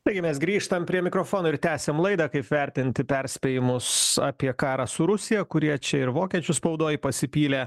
taigi mes grįžtam prie mikrofono ir tęsiam laidą kaip vertinti perspėjimus apie karą su rusija kurie čia ir vokiečių spaudoj pasipylė